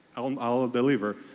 um i'll a believer,